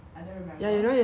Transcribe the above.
ya you know yesterday